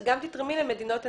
את גם תתרמי למדינות עניות.